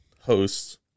hosts